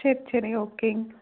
சரி சரி ஓகே